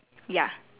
ya